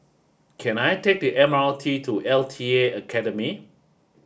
can I take the M R T to L T A Academy